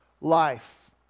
life